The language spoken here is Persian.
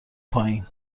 پایین